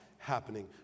happening